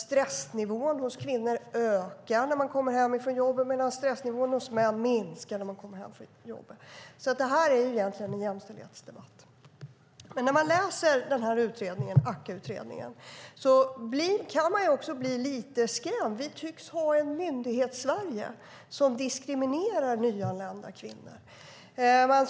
Stressnivån hos kvinnor ökar när de kommer hem från jobbet medan den hos män minskar när de kommer från jobbet. När jag läser AKKA-utredningen blir jag lite skrämd. Vi tycks ha ett Myndighetssverige som diskriminerar nyanlända kvinnor.